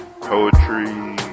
poetry